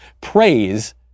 Praise